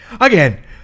Again